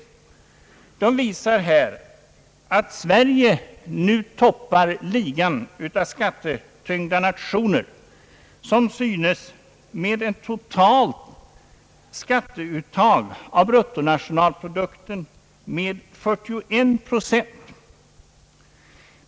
Tabellen visar att Sverige nu toppar ligan av skattetyngda nationer, som synes med ett totalt skatteuttag med 41 procent av bruttonationalprodukten.